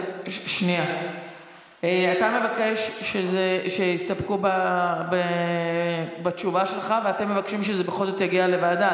אתה מבקש שיסתפקו בתשובה שלך ואתם מבקשים שזה בכל זאת יגיע לוועדה,